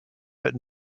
but